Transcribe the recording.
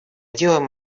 делаем